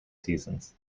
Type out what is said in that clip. seasons